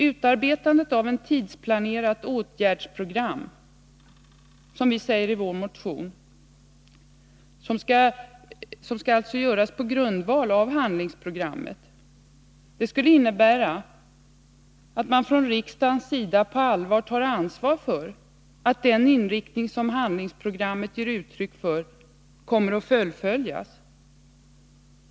Utarbetandet av ett tidsplanerat åtgärdsprogram på grundval av handlingsprogrammet, som vi föreslår i vår motion, skulle innebära att man från riksdagens sida på allvar tar ansvar för att den inriktning som handlingsprogrammet ger uttryck för kommer att fullföljas.